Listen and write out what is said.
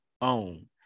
own